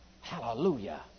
Hallelujah